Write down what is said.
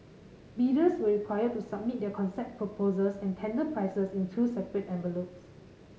bidders were required to submit their concept proposals and tender prices in two separate envelopes